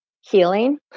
healing